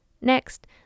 Next